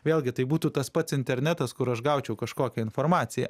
vėlgi tai būtų tas pats internetas kur aš gaučiau kažkokią informaciją